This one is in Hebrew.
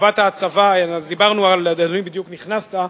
חובת ההצבה, אדוני, בדיוק נכנסת.